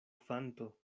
kvanto